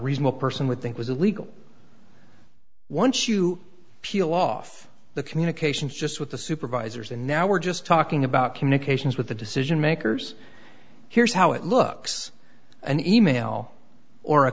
reasonable person would think was illegal once you peel off the communications just with the supervisors and now we're just talking about communications with the decision makers here's how it looks an e mail or a